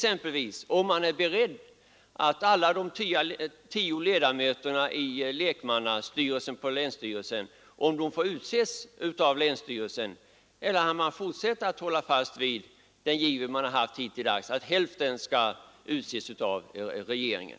Kommer man exempelvis att medge att samtliga de tio lekmannaledamöterna i länsstyrelserna får utses av landstingen eller kommer man att hålla fast vid den giv man hittills haft, att hälften skall utses av regeringen?